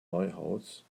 neuhaus